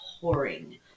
pouring